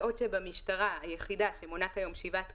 בעוד שבמשטרה היחידה, שמונה כיום שבעה תקנים,